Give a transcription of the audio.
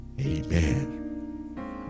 Amen